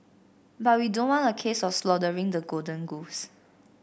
but we don't want a case of slaughtering the golden goose